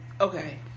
Okay